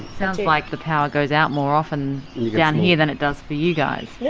sounds like the power goes out more often down here than it does for you guys. yeah